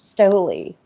Stoli